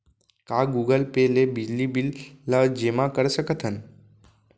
का Google Pay ले बिजली बिल ल जेमा कर सकथन?